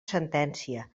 sentència